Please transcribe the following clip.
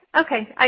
Okay